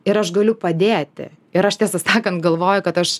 ir aš galiu padėti ir aš tiesą sakant galvoju kad aš